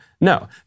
No